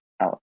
out